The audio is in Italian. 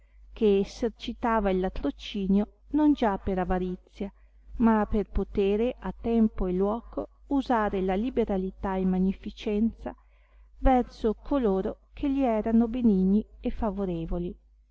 che essercitava il latrocinio non già per avarizia ma per potere a tempo e luoco usare la liberalità e magnificenza verso coloro che gli erano benigni e favorevoli